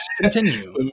continue